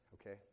Okay